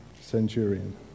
centurion